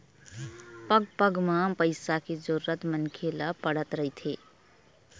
पग पग म पइसा के जरुरत मनखे ल पड़त रहिथे